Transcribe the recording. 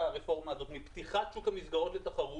הרפורמה הזאת, עקב פתיחת שוק המסגרות לתחרות?